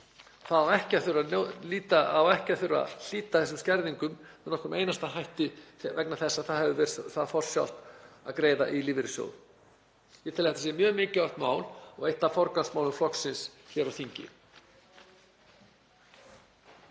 Það á ekki að þurfa að hlíta þessum skerðingum með nokkrum einasta hætti vegna þess að það hefur verið það forsjált að greiða í lífeyrissjóð. Ég tel að þetta sé mjög mikilvægt mál og er eitt af forgangsmálum Flokks fólksins hér á þingi.